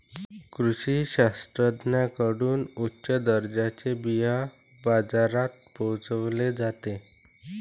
कृषी शास्त्रज्ञांकडून उच्च दर्जाचे बिया बाजारात पोहोचवले जाते